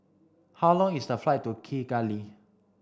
how long is the flight to Kigali